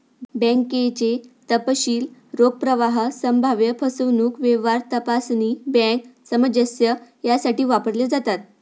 बँकेचे तपशील रोख प्रवाह, संभाव्य फसवणूक, व्यवहार तपासणी, बँक सामंजस्य यासाठी वापरले जातात